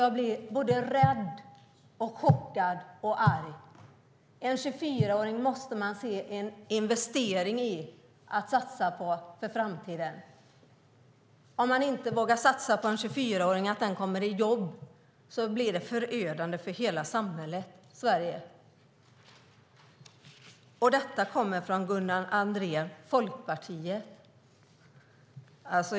Jag blir rädd, chockad och arg. Vi måste se att en 24-åring är en investering, något att satsa på för framtiden. Om man inte vågar satsa på att en 24-åring kommer i jobb blir det förödande för hela det svenska samhället. Och detta kommer från Gunnar Andrén, Folkpartiet.